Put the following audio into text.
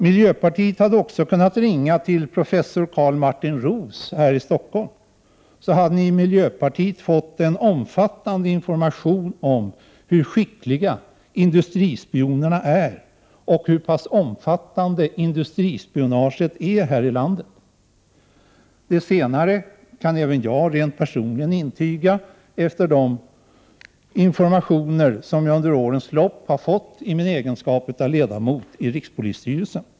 Miljöpartiet hade också kunnat ringa till professor Carl Martin Roos här i Stockholm för att få en riklig information om hur skickliga industrispionerna är och hur pass omfattande industrispionaget här i landet är. Det senare kan även jag personligen intyga efter de informationer som jag under årens lopp fått i min egenskap av ledamot i rikspolisstyrelsen.